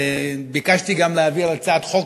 וביקשתי גם להעביר הצעת חוק,